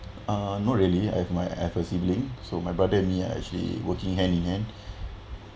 uh not really I have my have a sibling so my brother and me are actually working hand in hand